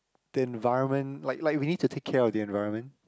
the environment like like we need to take care of the environment